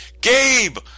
Gabe